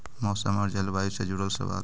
मौसम और जलवायु से जुड़ल सवाल?